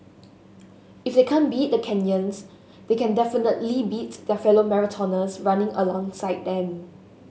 if they can't beat the Kenyans they can definitely beat their fellow marathoners running alongside them